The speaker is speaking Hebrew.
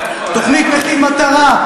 תוכנית מחיר מטרה,